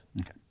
okay